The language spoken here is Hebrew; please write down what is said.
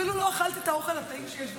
אפילו לא אכלתי את האוכל הטעים שיש בחוץ.